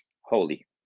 holy